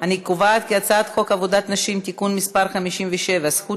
את הצעת חוק עבודת נשים (תיקון מס' 57) (זכות